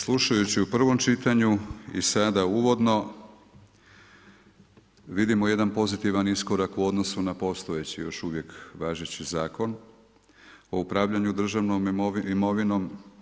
Slušajući u prvom čitanju i sada uvodno vidimo jedan pozitivan iskorak u odnosu na postojeći još uvijek važeći Zakon o upravljanju državnom imovinom.